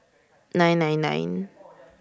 nine nine nine